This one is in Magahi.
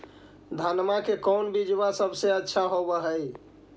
धनमा के कौन बिजबा सबसे अच्छा होव है?